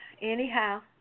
Anyhow